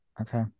Okay